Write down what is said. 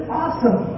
awesome